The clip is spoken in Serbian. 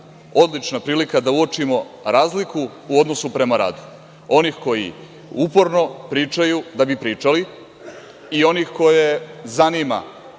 odlična prilika da uočimo razliku u odnosu prema radu onih koji uporno pričaju da bi pričali i onih koje zanima